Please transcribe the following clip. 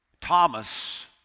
Thomas